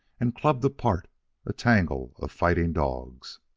and clubbed apart a tangle of fighting dogs.